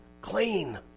clean